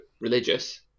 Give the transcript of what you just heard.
religious